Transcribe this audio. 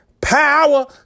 power